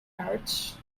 parrots